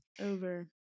over